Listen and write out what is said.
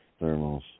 thermals